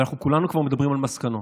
ואנחנו כולנו כבר מדברים על מסקנות.